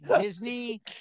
Disney